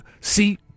see